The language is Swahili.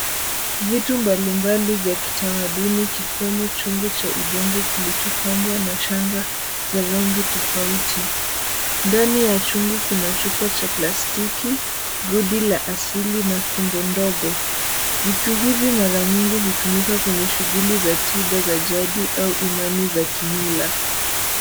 Vitu mbalimbali vya kitamaduni ikiwemo chungu cha udongo kilichopambwa na shanga za rangi tofauti. Ndani ya chungu kuna chupa cha plastiki, gudi la asili na fimbo ndogo. Vitu hivi mara nyingi hutumika kwenye shughuli za tiba za jadi ama kwa amani za kimila.